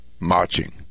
marching